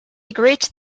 agreed